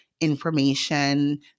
information